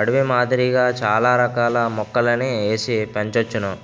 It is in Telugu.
అడవి మాదిరిగా చాల రకాల మొక్కలని ఏసి పెంచోచ్చును